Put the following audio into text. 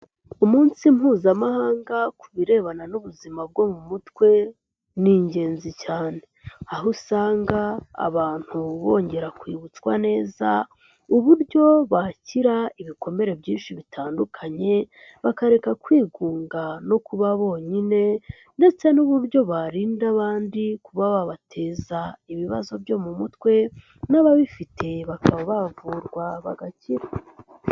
Umunsi mpuzamahanga ku birebana n'ubuzima bwo mu mutwe, ni ingenzi cyane aho usanga abantu bongera kwibutswa neza, uburyo bakira ibikomere byinshi bitandukanye, bakareka kwigunga no kuba bonyine ndetse n'uburyo barinda abandi kuba babateza ibibazo byo mu mutwe n'ababifite bakaba bavurwa bagakira.